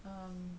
um